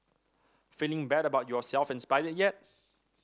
feeling bad about yourself inspired yet